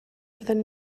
fydden